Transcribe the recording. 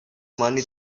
money